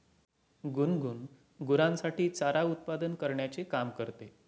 गुनगुन गुरांसाठी चारा उत्पादन करण्याचे काम करते